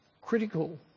critical